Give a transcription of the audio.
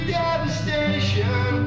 devastation